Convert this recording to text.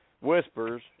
Whispers